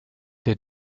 der